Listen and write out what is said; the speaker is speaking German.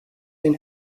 den